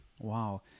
Wow